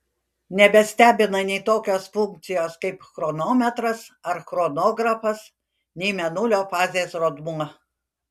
nebestebina nei tokios funkcijos kaip chronometras ar chronografas nei mėnulio fazės rodmuo